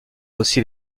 aussi